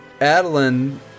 Adeline